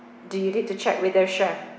do you need to check with the chef